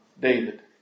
David